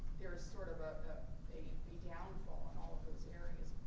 there's sort of of a downfall in all of those areas.